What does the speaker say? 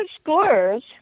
scores